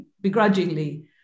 begrudgingly